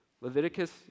Leviticus